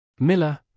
Miller